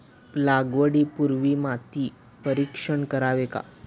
लागवडी पूर्वी माती परीक्षण करावे का?